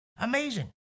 Amazing